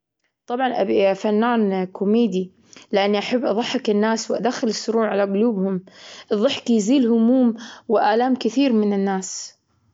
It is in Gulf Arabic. طبعا، أبي فنان كوميدي، لإني أحب أضحك الناس وأدخل السرور على قلوبهم. الظحك يزيل هموم وآلام كثير من الناس.